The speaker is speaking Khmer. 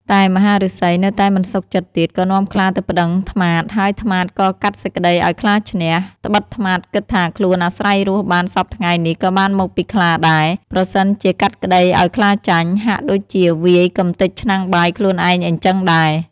តែមហាឫសីនៅតែមិនសុខចិត្តទៀត ក៏នាំខ្លាទៅប្តឹងត្មាត ហើយត្មាតក៏កាត់សេចក្តីឱ្យខ្លាឈ្នះ ត្បិតត្នោតគិតថាខ្លួនអាស្រ័យរស់បានសព្វថ្ងៃនេះក៏បានមកពីខ្លាដែរ ប្រសិនជាកាត់ក្តីឱ្យខ្លាចាញ់ ហាក់ដូចជាវាយកម្ទេចឆ្នាំងបាយខ្លួនឯងអញ្ចឹងដែរ។